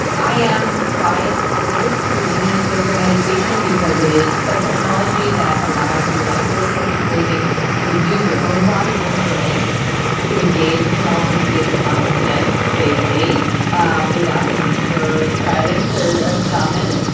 i am biased towards kundalini yoga meditation because it is a technology that allows you like holotropic breathing to use your own body instrument to engage in altered states of consciousness safely ah without the need for guidance or a shaman.